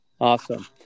Awesome